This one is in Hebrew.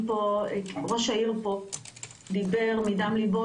ראש העיר פה דיבר מדם ליבו,